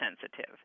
sensitive